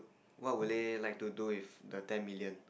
what would they like to do with the ten million